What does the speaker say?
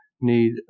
need